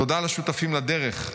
תודה לשותפים לדרך,